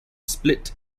split